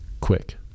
quick